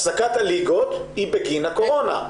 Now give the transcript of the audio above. הפסקת הליגות היא בגין הקורונה,